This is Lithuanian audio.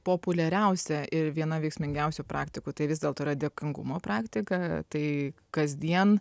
populiariausia ir viena veiksmingiausių praktikų tai vis dėlto yra dėkingumo praktika tai kasdien